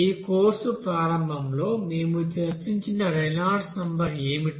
ఈ కోర్సు ప్రారంభంలో మేము చర్చించిన రేనాల్డ్స్ నెంబర్ ఏమిటి